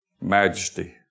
majesty